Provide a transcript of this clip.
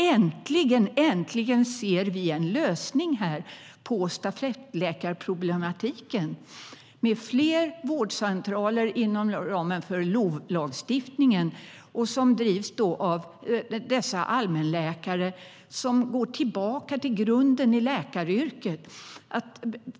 Äntligen ser vi en lösning på stafettläkarproblematiken med fler vårdcentraler inom ramen för LOV-lagstiftningen som drivs av dessa allmänläkare som går tillbaka till grunden i läkaryrket!